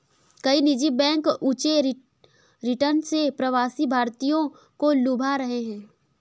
कई निजी बैंक ऊंचे रिटर्न से प्रवासी भारतीयों को लुभा रहे हैं